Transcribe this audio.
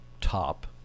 top